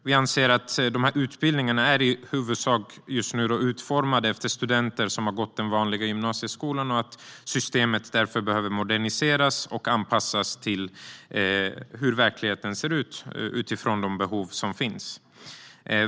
Vi anser dock att dessa utbildningar just nu är utformade efter studenter som har gått i den vanliga gymnasieskolan och att systemet därför behöver moderniseras och anpassas till hur verkligheten ser ut och utifrån de behov som finns.